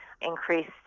increased